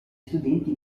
studenti